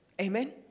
Amen